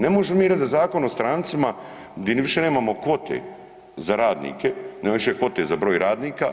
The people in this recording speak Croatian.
Ne možemo mi reći da Zakon o strancima gdje ni više nemamo kvote za radnike, nema više kvote za broj radnika.